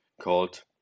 called